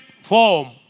form